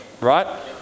right